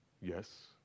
Yes